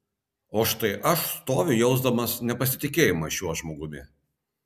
o štai aš stoviu jausdamas nepasitikėjimą šiuo žmogumi